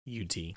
UT